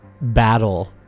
battle